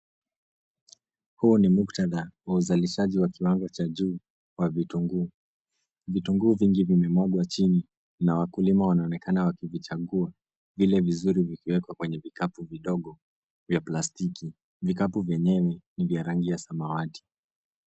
Huu ni muktadha wa uzalishaji wa kiwango cha juu wa vitunguu, vitunguu vingi vimemwagwa chini na wakulima wanaonekana wakichagua vile vizuri vikiwekwa kwenye vikapu vidogo vya plastiki, vikapu vyenyewe ni vya rangi ya samawati.